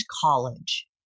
College